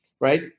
right